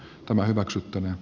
tämä hyväksyttäneen